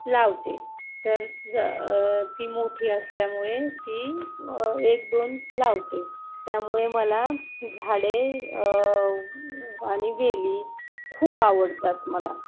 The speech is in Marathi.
लावते तर ज ती मोठी असल्यामुळे ती एक दोन लावते त्यामुळे मला झाडे आणि वेली खूप आवडतात मला